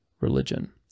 religion